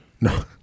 No